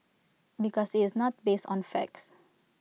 because it's not based on facts